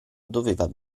doveva